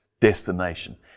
destination